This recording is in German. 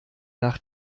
nach